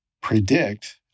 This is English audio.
predict